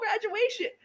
graduation